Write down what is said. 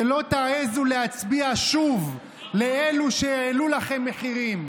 שלא תעזו להצביע שוב לאלה שהעלו לכם מחירים,